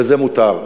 וזה מותר.